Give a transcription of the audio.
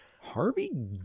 Harvey